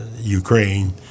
ukraine